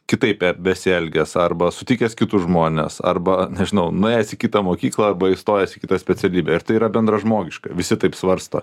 kitaip be besielgęs arba sutikęs kitus žmones arba nežinau nuėjęs į kitą mokyklą arba įstojęs į kitą specialybę ir tai yra bendražmogiška visi taip svarsto